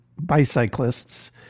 bicyclists